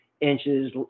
inches